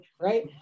right